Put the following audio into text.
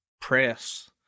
press